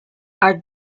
are